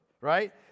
right